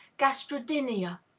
gastrodynia,